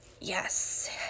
Yes